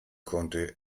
konnte